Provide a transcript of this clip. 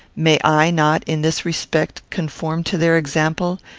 may i not, in this respect, conform to their example,